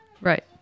Right